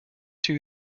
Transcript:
two